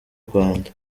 rwanda